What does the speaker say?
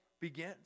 begins